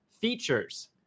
Features